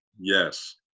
Yes